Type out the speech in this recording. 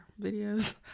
videos